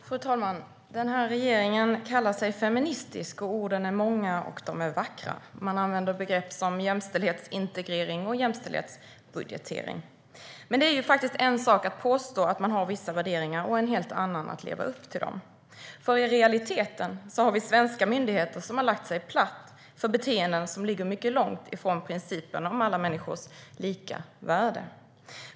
Fru talman! Den här regeringen kallar sig feministisk. Orden är många och vackra. Man använder begrepp som jämställdhetsintegrering och jämställdhetsbudgetering. Men det är en sak att påstå att man har vissa värderingar och en helt annan att leva upp till dem. I realiteten finns svenska myndigheter som har lagt sig platt för beteenden som ligger mycket långt från principen om alla människors lika värde.